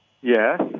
Yes